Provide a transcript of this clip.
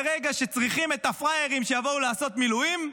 ברגע שצריכים את הפראיירים שיבואו לעשות מילואים,